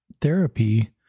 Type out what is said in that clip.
therapy